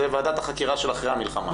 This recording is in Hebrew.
זאת ועדת החקירה שאחרי המלחמה,